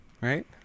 Right